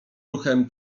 ruchem